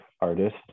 artist